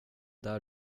där